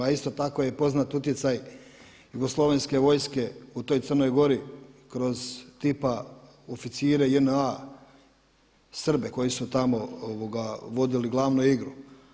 A isto tako je poznat utjecaj jugoslovenske vojske u toj Crnoj Gori kroz tipa oficire JNA, Srbe koji su tamo vodili glavnu igru.